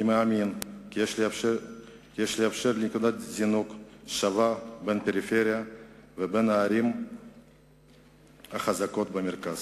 אני מאמין כי יש לאפשר נקודת זינוק שווה לפריפריה ולערים החזקות במרכז.